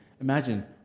Imagine